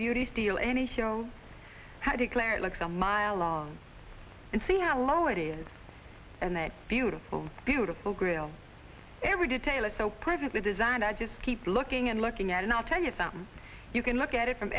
beauty steal any show how declare it looks a mile long and see how low it is and that beautiful beautiful grill every detail is so perfectly designed i just keep looking and looking and i'll tell you something you can look at it from